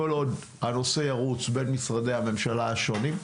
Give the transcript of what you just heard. כל עוד הנושא ירוץ בין משרדי הממשלה השונים,